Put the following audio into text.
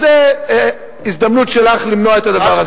אז זו הזדמנות שלך למנוע את הדבר הזה.